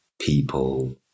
people